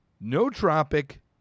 no-tropic